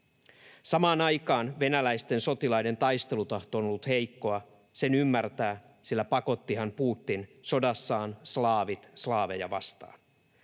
Samaan aikaan venäläisten sotilaiden taistelutahto on ollut heikkoa. Sen ymmärtää, sillä pakottihan Putin sodassaan slaavit slaaveja vastaan.